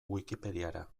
wikipediara